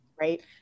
Right